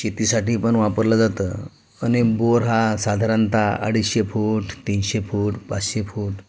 शेतीसाठी पण वापरलं जातं अनि बोर हा साधारणता अडीचशे फूट तीनशे फूट पाचशे फूट